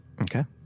Okay